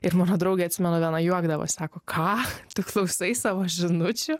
ir mano draugė atsimenu viena juokdavosi sako ką tu klausai savo žinučių